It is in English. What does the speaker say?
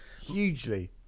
hugely